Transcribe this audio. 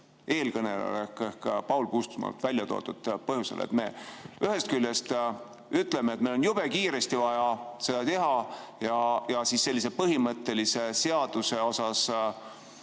eelkõneleja Paul Puustusmaa väljatoodud põhjusest. Me ühest küljest ütleme, et meil on jube kiiresti vaja seda teha, ja sellise põhimõttelise seaduse osas